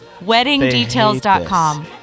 Weddingdetails.com